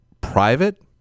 private